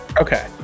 Okay